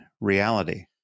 reality